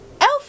Elf